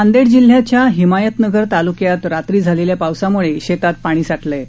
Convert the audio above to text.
नांदेड जिल्ह्याच्या हिमायतनगर तालुक्यात रात्री झालेल्या पावसामुळे शेतात पाणी साचलं आहे